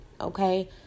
Okay